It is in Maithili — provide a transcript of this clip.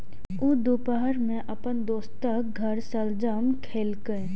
ऊ दुपहर मे अपन दोस्तक घर शलजम खेलकै